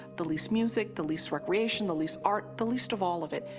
the least music. the least recreation. the least art. the least of all of it,